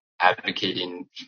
advocating